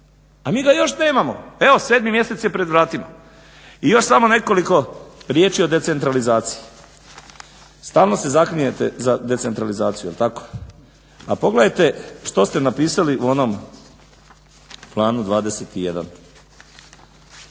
a mi ga još nemamo, evo sedmi mjesec je pred vratima. I još samo nekoliko riječi o decentralizaciji. Stalno se zaklinjete za decentralizaciju jel tako, a pogledajte što ste napisali u onom Planu 21.